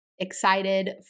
excited